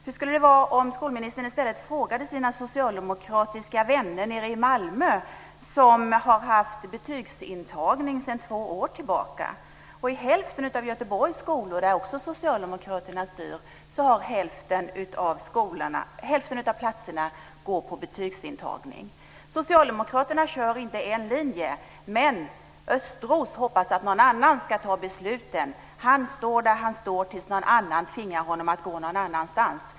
Hur skulle det vara om skolministern i stället frågade sina socialdemokratiska vänner nere i Malmö, som har haft betygsintagning sedan två år tillbaka? I skolorna i Göteborg, där också Socialdemokraterna styr, går hälften av platserna på betygsintagning. Socialdemokraterna kör inte en linje. Men Östros hoppas att någon annan ska ta besluten. Han står där han står tills någon annan tvingar honom att gå någon annanstans.